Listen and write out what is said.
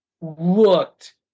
looked